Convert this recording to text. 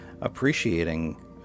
appreciating